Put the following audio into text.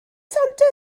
santes